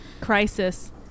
crisis